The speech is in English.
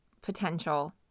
potential